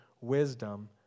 wisdom